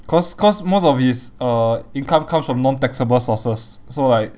cause cause most of his uh income comes from non taxable sources so like